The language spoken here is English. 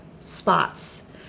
spots